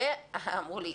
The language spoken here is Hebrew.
ואמרו לי,